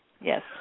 Yes